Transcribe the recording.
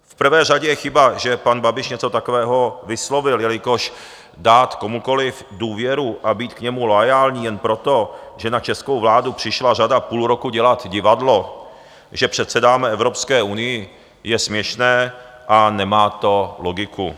V prvé řadě je chyba, že pan Babiš něco takového vyslovil, jelikož dát komukoli důvěru a být k němu loajální jen proto, že na českou vládu přišla řada půl roku dělat divadlo, že předsedáme Evropské unii, je směšné a nemá to logiku.